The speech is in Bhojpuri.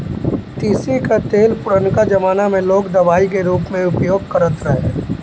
तीसी कअ तेल पुरनका जमाना में लोग दवाई के रूप में उपयोग करत रहे